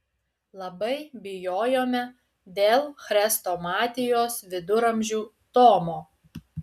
labai bijojome dėl chrestomatijos viduramžių tomo